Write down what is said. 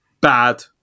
bad